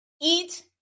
eat